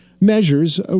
measures